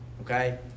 Okay